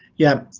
yeah,